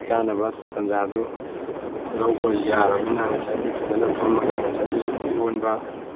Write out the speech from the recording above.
ꯆꯥꯅꯕ ꯇꯥꯟꯖꯗꯨ ꯂꯧꯕ ꯌꯥꯔꯕꯅꯤꯅ ꯉꯁꯥꯏꯒꯤ ꯐꯖꯅ ꯐꯝꯃꯒ ꯉꯁꯥꯏꯒꯤ ꯏꯔꯣꯟꯕ